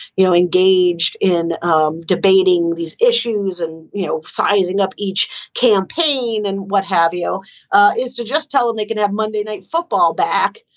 you know, engaged in ah debating these issues and, you know, sizing up each campaign and what have you is to just tell them they can have monday night football back,